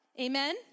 Amen